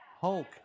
Hulk